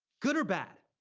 good or bad,